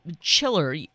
chiller